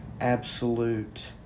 absolute